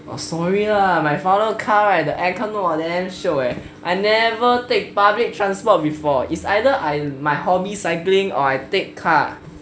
oh sorry lah my father car right the aircon !wah! damn shiok eh I never take public transport before it's either I my hobby cycling or I take car